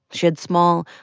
she had small,